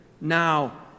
now